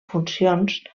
funcions